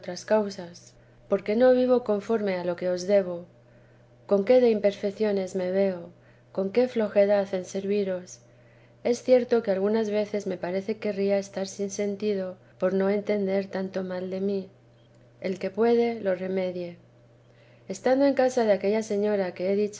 causas porque no vivo conforme a lo que os debo con qué de imperfecciones me veo con qué flojedad en serviros es cierto que algunas veces me parece querría estar sin sentido por no entender tanto mal de mí el que puede lo remedie estando en casa de aquella señora que